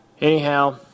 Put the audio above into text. Anyhow